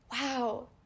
Wow